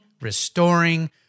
restoring